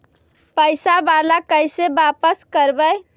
पैसा बाला कैसे बापस करबय?